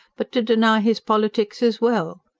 but to deny his politics as well?